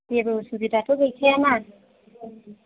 जेबो उसुबिदाथ' गैखाया ना